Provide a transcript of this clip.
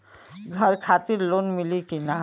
घर खातिर लोन मिली कि ना?